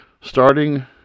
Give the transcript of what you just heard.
Starting